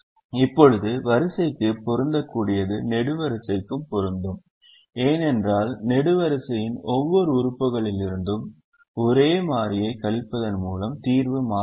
இப்போது வரிசைக்கு பொருந்தக்கூடியது நெடுவரிசைக்கும் பொருந்தும் ஏனென்றால் நெடுவரிசையின் ஒவ்வொரு உறுப்புகளிலிருந்தும் ஒரே மாறியைக் கழிப்பதன் மூலம் தீர்வு மாறாது